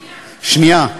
שנייה.